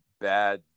bad